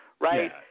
right